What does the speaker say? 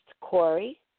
Corey